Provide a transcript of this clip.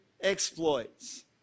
exploits